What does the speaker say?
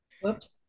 Whoops